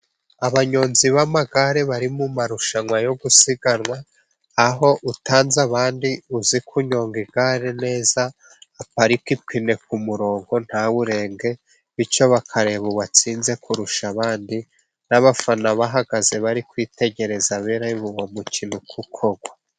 Abanyonzi b'amagare bari mu marushanwa yo gusiganwa, aho utanze abandi uzi kunyonga igare neza, aparika ipine ku murongo ntawurenge, bityo bakareba uwatsinze kurusha abandi, n'abafana bahagaze bari kwitegereza bareba uwo mukino uko ukorwa.